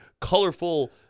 colorful